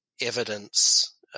evidence